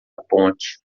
ponte